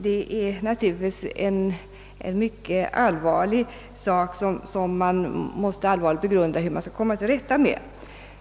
Detta är naturligtvis en mycket allvarlig sak som man verkligen måste begrunda hur man skall komma till rätta med.